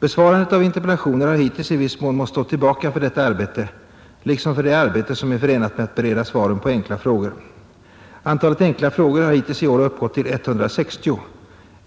Besvarandet av interpellationer har hittills i viss mån måst stå tillbaka för detta arbete liksom för det arbete som är förenat med att bereda svaren på enkla frågor. Antalet enkla frågor har hittills i år uppgått till 160.